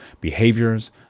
behaviors